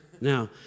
Now